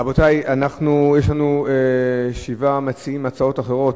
רבותי, יש לנו שבעה שמציעים הצעות אחרות.